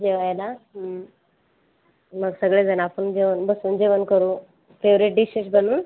जेवायला मग सगळेजण आपण जेवण बसून जेवण करू फेवरेट डीशेश बनवून